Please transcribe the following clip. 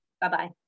Bye-bye